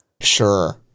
Sure